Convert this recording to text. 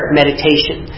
meditation